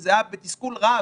וזה היה בתסכול רב,